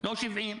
לא 70%,